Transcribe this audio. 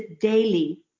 daily